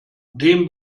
dem